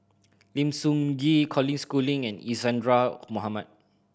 Lim Sun Gee Colin Schooling and Isadhora Mohamed